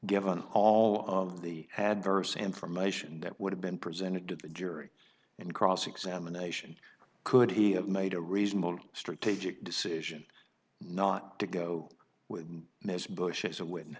given all of the adverse information that would have been presented to the jury in cross examination could he have made a reasonable strategic decision not to go with mr bush's when